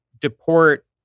deport